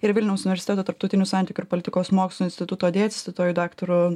ir vilniaus universiteto tarptautinių santykių ir politikos mokslų instituto dėstytoju daktaru